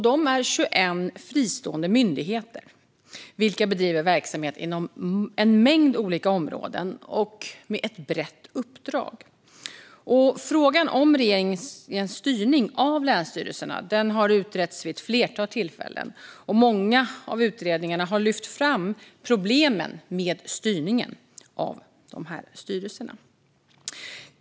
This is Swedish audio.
De är 21 fristående myndigheter, vilka bedriver verksamhet inom en mängd olika områden och med ett brett uppdrag. Frågan om regeringens styrning av länsstyrelserna har utretts vid ett flertal tillfällen, och många av utredningarna har lyft fram problemen med styrningen av dessa styrelser.